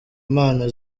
impano